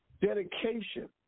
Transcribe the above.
dedication